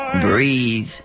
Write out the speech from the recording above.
breathe